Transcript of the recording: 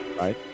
right